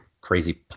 crazy